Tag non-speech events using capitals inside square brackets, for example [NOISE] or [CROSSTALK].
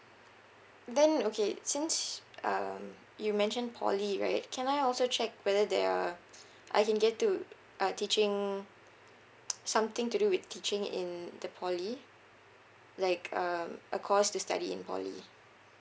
then okay since um you mentioned poly right can I also check whether there are I can get to uh teaching [NOISE] something to do with teaching in the poly like um a course to study in poly